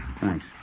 Thanks